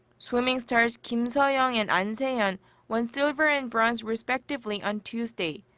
swimming stars kim seo-yeong and an se-hyeon won silver and bronze respectively on tuesday.